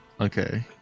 Okay